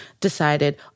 decided